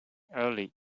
early